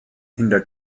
hinter